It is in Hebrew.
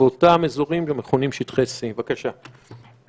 באותם אזורים שמכונים שטחי C. בבקשה.